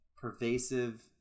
pervasive